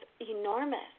enormous